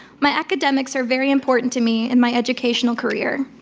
my academics are very important to me in my educational career.